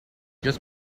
just